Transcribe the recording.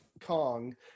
Kong